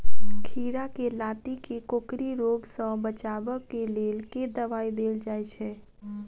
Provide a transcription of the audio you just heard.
खीरा केँ लाती केँ कोकरी रोग सऽ बचाब केँ लेल केँ दवाई देल जाय छैय?